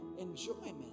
enjoyment